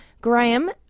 Graham